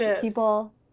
people